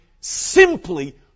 simply